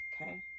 Okay